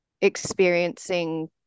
experiencing